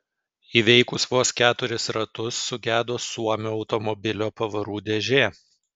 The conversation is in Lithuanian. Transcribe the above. įveikus vos keturis ratus sugedo suomio automobilio pavarų dėžė